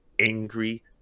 angry